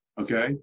okay